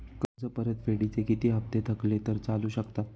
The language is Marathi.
कर्ज परतफेडीचे किती हप्ते थकले तर चालू शकतात?